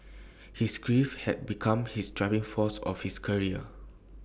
his grief had become his driving force of his career